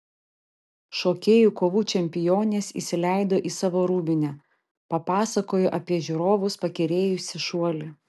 šokėjų kovų čempionės įsileido į savo rūbinę papasakojo apie žiūrovus pakerėjusį šuolį